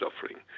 suffering